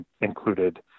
included